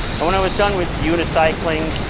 and when i was done with unicycling,